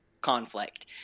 conflict